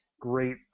great